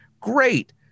great